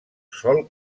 sol